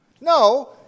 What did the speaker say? No